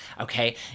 okay